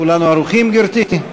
כולנו ערוכים, גברתי?